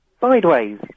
Sideways